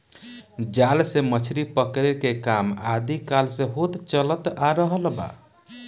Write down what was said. जाल से मछरी पकड़े के काम आदि काल से होत चलत आ रहल बा